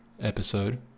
episode